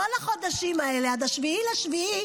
בכל החודשים האלה עד 7 ביולי,